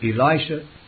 Elisha